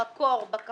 במקור, בכחול,